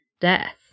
death